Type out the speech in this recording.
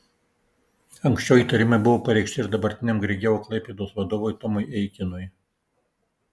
anksčiau įtarimai buvo pareikšti ir dabartiniam grigeo klaipėdos vadovui tomui eikinui